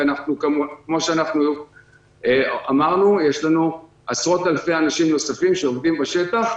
וכפי שאמרנו יש לנו עשרות אלפי אנשים נוספים שעובדים בשטח.